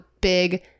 big